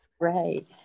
right